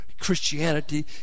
Christianity